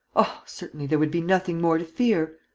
oh, certainly, there would be nothing more to fear!